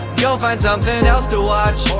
you'll find something else to watch or